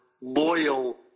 loyal